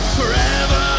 forever